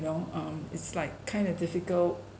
know um it's like kind of difficult